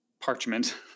parchment